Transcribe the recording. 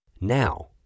Now